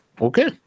Okay